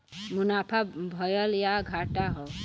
मुनाफा भयल या घाटा हौ